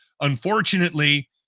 Unfortunately